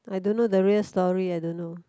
I don't know the real story I don't know